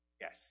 Yes